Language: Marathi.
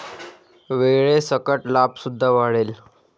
वेळेसकट लाभ सुद्धा वाढेल